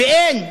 ואין.